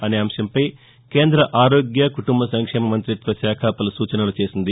అనే అంశంపై కేంద్ర ఆరోగ్య కుటుంబ సంక్షేమ మంతిత్వ శాఖ పలు సూచనలు చేసింది